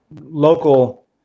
local